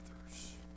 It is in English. others